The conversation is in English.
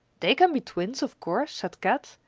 they can be twins, of course, said kat.